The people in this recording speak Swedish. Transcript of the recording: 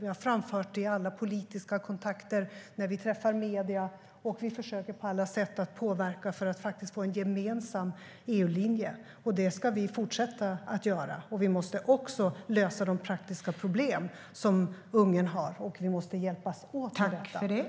Vi har framfört det i alla politiska kontakter och när vi träffar medierna, och vi försöker på alla sätt påverka för att få till en gemensam EU-linje. Det ska vi fortsätta att göra. Vi måste också lösa de praktiska problem som Ungern har, och vi måste hjälpas åt med detta.